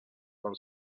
pel